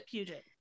Puget